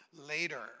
later